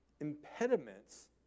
impediments